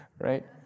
right